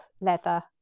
leather